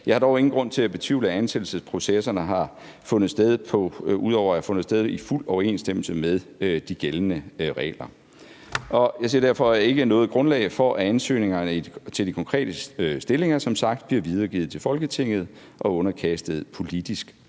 Jeg har dog ingen grund til at betvivle, at ansættelsesprocesserne har fundet sted i fuld overensstemmelse med de gældende regler. Jeg ser derfor som sagt ikke noget grundlag for, at ansøgningerne til de konkrete stillinger bliver videregivet til Folketinget og underkastet politisk